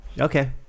Okay